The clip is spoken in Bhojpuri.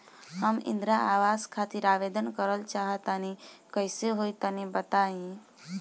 हम इंद्रा आवास खातिर आवेदन करल चाह तनि कइसे होई तनि बताई?